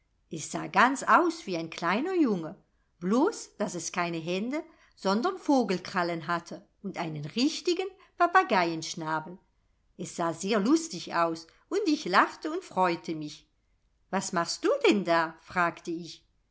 es sah ganz aus wie ein kleiner junge blos daß es keine hände sondern vogelkrallen hatte und einen richtigen papageienschnabel es sah sehr lustig aus und ich lachte und freute mich was machst du denn da fragte ich